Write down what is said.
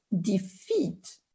defeat